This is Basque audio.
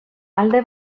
alde